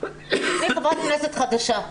אני חברת כנסת חדשה,